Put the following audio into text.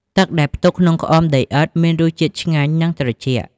ទឹកដែលផ្ទុកក្នុងក្អមដីឥដ្ឋមានរសជាតិឆ្ងាញ់ និងត្រជាក់។